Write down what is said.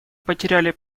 потеряли